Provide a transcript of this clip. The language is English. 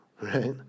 right